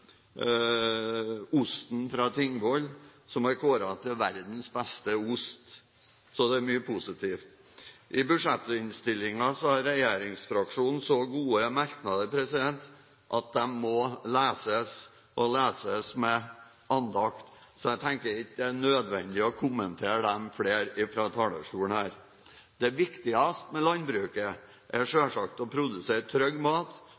osten fra Tingvoll, som er kåret til verdens beste ost. Så det er mye positivt. I budsjettinnstillingen har regjeringsfraksjonen så gode merknader at de må leses og leses med andakt, så jeg tenker ikke det er nødvendig å kommentere dem fra talerstolen. Det viktigste med landbruket er selvsagt å produsere trygg mat